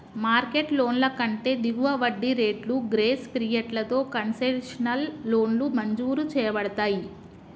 market లోన్ల కంటే దిగువ వడ్డీ రేట్లు, గ్రేస్ పీరియడ్లతో కన్సెషనల్ లోన్లు మంజూరు చేయబడతయ్